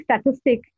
statistic